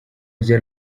rya